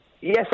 Yes